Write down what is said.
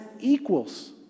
equals